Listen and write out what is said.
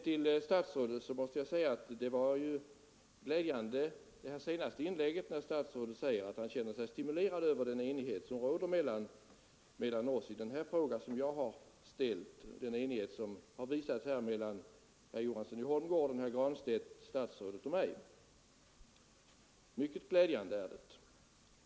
Till statsrådet vill jag säga att det är glädjande när statsrådet förklarar i sitt senaste inlägg att han känner sig stimulerad över den enighet som har visats här mellan herr Johansson i Holmgården, herr Granstedt, statsrådet och mig när det gäller den fråga som jag har ställt.